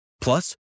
Plus